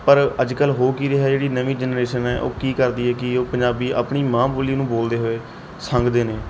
ਪਰ ਅੱਜ ਕੱਲ੍ਹ ਹੋ ਕੀ ਰਿਹਾ ਜਿਹੜੀ ਨਵੀਂ ਜਨਰੇਸ਼ਨ ਹੈ ਉਹ ਕੀ ਕਰਦੀ ਹੈ ਕੀ ਉਹ ਪੰਜਾਬੀ ਆਪਣੀ ਮਾਂ ਬੋਲੀ ਨੂੰ ਬੋਲਦੇ ਹੋਏ ਸੰਗਦੇ ਨੇ